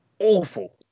awful